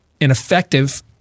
Ineffective